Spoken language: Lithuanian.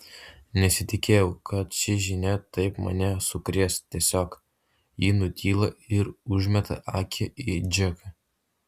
nesitikėjau kad ši žinia taip mane sukrės tiesiog ji nutyla ir užmeta akį į džeką